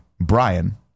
Brian